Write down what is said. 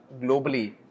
globally